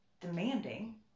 demanding